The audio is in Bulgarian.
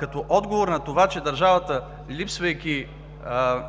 като отговор на това, че държавата, липсвайки